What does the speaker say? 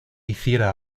hiciera